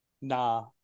nah